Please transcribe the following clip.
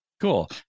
Cool